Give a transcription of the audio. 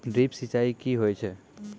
Drip सिंचाई कि होय छै?